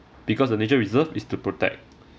because the nature reserve is to protect